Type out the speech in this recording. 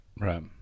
Right